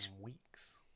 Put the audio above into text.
weeks